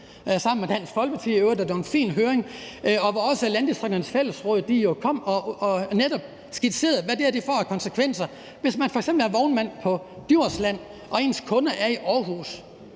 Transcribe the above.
sammen med Dansk Folkeparti, og det var en fin høring, hvor også Landdistrikternes Fællesråd kom og netop skitserede, hvad det her vil få af konsekvenser. Hvis man f.eks. er vognmand på Djursland og ens kunder er i Aarhus,